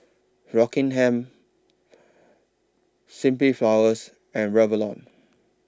Rockingham Simply Flowers and Revlon